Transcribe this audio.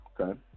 Okay